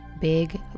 big